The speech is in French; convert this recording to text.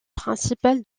principal